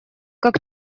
как